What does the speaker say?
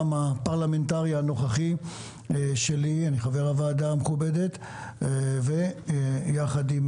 הפרלמנטרי הנוכחי שלי - אני חבר הוועדה המכובדת - ויחד עם